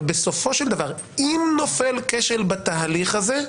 אבל בסופו של דבר, אם נופל כשל בתהליך הזה,